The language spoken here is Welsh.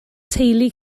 teulu